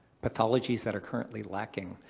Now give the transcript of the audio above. pathologies that are currently lacking.